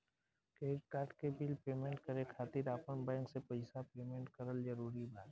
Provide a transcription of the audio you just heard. Credit card के bill payment करे खातिर आपन बैंक से पईसा पेमेंट करल जरूरी बा?